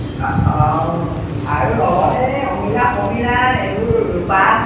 অঁ আৰু লগতে অমিলা পমিলা এইবোৰ ৰূপা